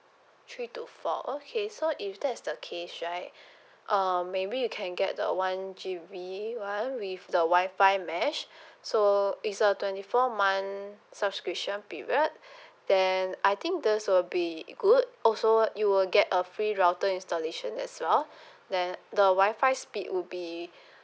three to four okay so if that's the case right um maybe you can get the one G_B [one] with the WI-FI mesh so it's a twenty four month subscription period then I think this will be good also you will get a free router installation as well then the WI-FI speed would be